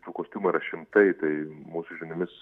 tų kostiumų yra šimtai tai mūsų žiniomis